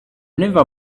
never